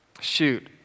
shoot